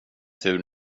tur